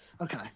Okay